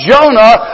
Jonah